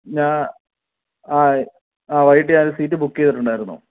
ഞാ ആ ആ വൈകിട്ട് ഞാനൊരു സീറ്റ് ബുക്ക് ചെയ്തിട്ടുണ്ടായിരുന്നു